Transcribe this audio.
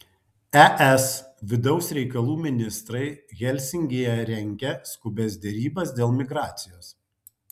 es vidaus reikalų ministrai helsinkyje rengia skubias derybas dėl migracijos